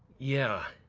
yeah.